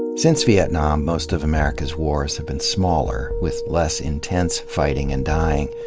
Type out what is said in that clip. since vietnam, most of america's wars have been smaller, with less-intense fighting and dying,